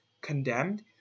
condemned